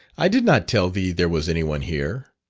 i did not tell thee there was any one here.